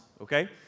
Okay